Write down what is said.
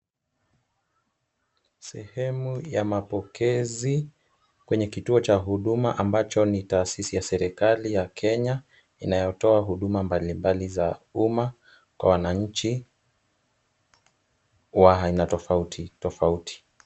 Sehemu ya mapokezi kwenye kituo cha huduma ambacho ni tahasisi ya serikali ya Kenya inayotoa huduma mbalimbali za umma kwa wananchi wa aina tofauti tofauti.